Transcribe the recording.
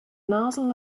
nozzle